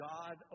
God